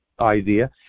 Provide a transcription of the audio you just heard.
idea